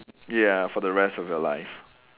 ya for the rest of your life